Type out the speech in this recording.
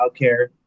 childcare